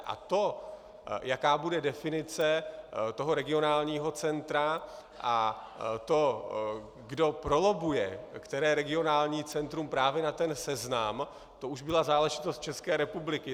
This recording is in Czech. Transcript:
A to, jaká bude definice toho regionálního centra, a to, kdo prolobbuje které regionální centrum právě na ten seznam, to už byla záležitost České republiky.